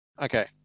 Okay